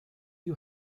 you